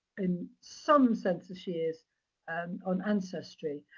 in some census years and on ancestry.